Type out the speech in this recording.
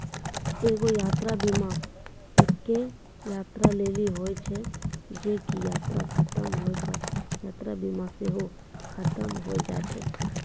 एगो यात्रा बीमा एक्के यात्रा लेली होय छै जे की यात्रा खतम होय पे यात्रा बीमा सेहो खतम होय जाय छै